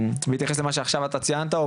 בהתייחס למה שעכשיו אתה ציינת,